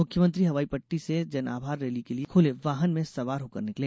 मुख्यमंत्री हवाईपट्टी से जनआभार रैली के लिये खुले वाहन में सवार होकर निकले